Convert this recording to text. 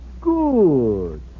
Good